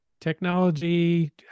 technology